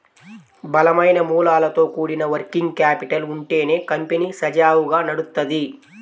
బలమైన మూలాలతో కూడిన వర్కింగ్ క్యాపిటల్ ఉంటేనే కంపెనీ సజావుగా నడుత్తది